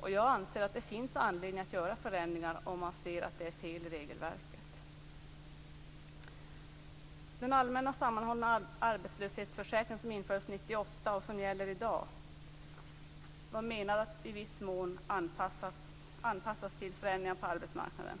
Och jag anser att det finns anledning att göra förändringar om man ser att det är fel i regelverket. Den allmänna, sammanhållna arbetslöshetsförsäkring som infördes 1998 och som gäller i dag var menad att i viss mån anpassas till förändringar på arbetsmarknaden.